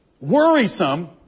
worrisome